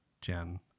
Jen